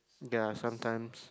ya sometimes